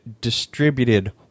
distributed